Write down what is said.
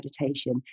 meditation